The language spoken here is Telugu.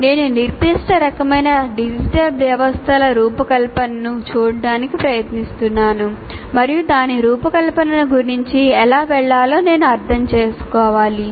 నేను నిర్దిష్ట రకమైన డిజిటల్ వ్యవస్థల రూపకల్పనను చూడటానికి ప్రయత్నిస్తున్నాను మరియు దాని రూపకల్పన గురించి ఎలా వెళ్ళాలో నేను అర్థం చేసుకోవాలి